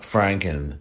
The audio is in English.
Franken